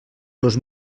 los